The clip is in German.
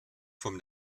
vom